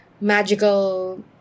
magical